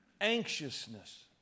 anxiousness